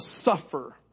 suffer